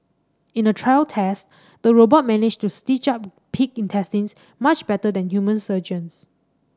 in a trial test the robot managed to stitch up pig intestines much better than human surgeons